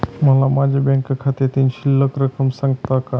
मला माझ्या बँक खात्यातील शिल्लक रक्कम सांगता का?